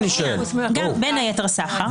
בין היתר, סחר.